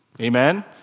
Amen